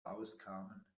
auskamen